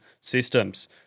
systems